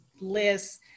lists